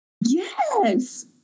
yes